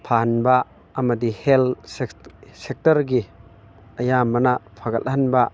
ꯐꯍꯟꯕ ꯑꯃꯗꯤ ꯍꯦꯜꯊ ꯁꯦꯛꯇꯔꯒꯤ ꯑꯌꯥꯝꯕꯅ ꯐꯒꯠꯍꯟꯕ